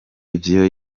ivyo